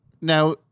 Now